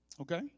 okay